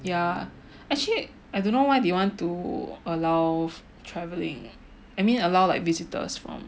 yeah actually I don't know why they want to allow travelling I mean allow like visitors from